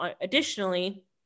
additionally